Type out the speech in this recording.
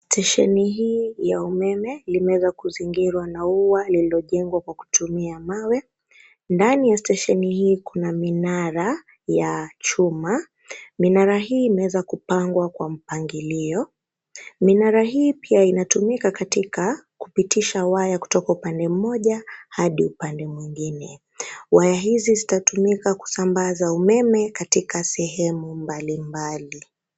Stesheni hii ya umeme limeweza kuzingirwa na ua uliojengwa kwa kutumia mawe. Ndani ya stesheni hii kuna minara ya chuma. Minara hii imeweza kupangwa kwa mpangilio. Minara hii pia inatumika katika kupitisha waya kutoka upande mmoja hadi upande mwingine. Waya hizi zitatumika kusambaza umeme katika sehemu mbalimbali.